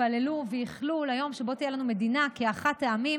התפללו וייחלו ליום שבו תהיה לנו מדינה כאחד העמים